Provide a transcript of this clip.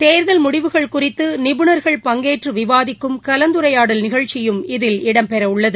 தேர்தல் முடிவுகள் குறித்து நிபுணர்கள் பங்கேற்று விவாதிக்கும் கலந்துரைடால் நிகழ்ச்சியும் இதில் இடம் பெறவுள்ளது